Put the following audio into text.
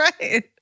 right